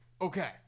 Okay